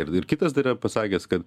ir ir kitas dar yra pasakęs kad